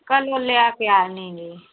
कल वल ले के आएंगें